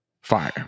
fire